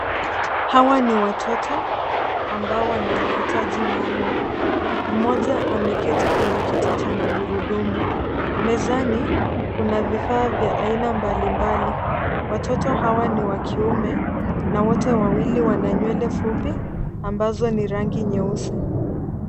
Hawa ni watoto ambao wana mahitaji maalumu, mmoja ameketi kwenye kiti cha magurudumu mezani kuna vifaa vya aina mbalimbali. watoto hawa ni wa kiume na wote wawili wana nywele fupi ambazo ni rangi nyeusi.